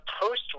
post